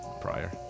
prior